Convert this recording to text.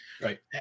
Right